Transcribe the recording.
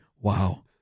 wow